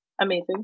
amazing